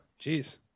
Jeez